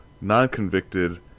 non-convicted